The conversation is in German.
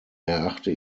erachte